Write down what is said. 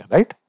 Right